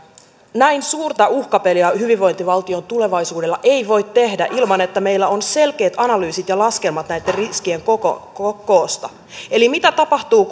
näin suurta uhkapeliä hyvinvointivaltion tulevaisuudella ei voi tehdä ilman että meillä on selkeät analyysit ja laskelmat näiden riskien koosta mitä tapahtuu